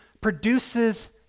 produces